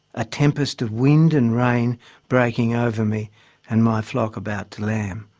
a tempest of wind and rain breaking over me and my flock about to lamb